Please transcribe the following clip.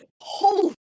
holy